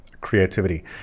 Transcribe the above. creativity